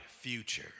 future